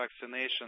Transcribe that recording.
vaccination